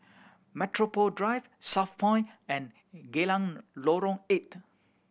Metropole Drive Southpoint and Geylang Lorong Eight